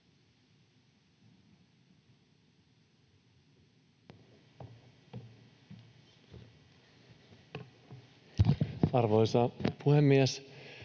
Arvoisa puhemies!